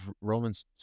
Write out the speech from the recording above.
Romans